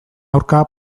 aurka